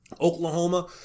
Oklahoma